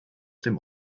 dem